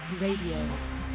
Radio